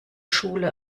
schule